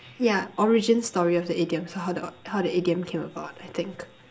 yeah origin story of the idiom so how the how the idiom came about I think